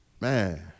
Man